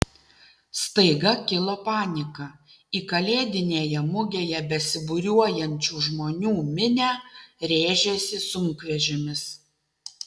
staiga kilo panika į kalėdinėje mugėje besibūriuojančių žmonių minią rėžėsi sunkvežimis